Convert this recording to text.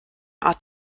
art